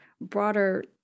broader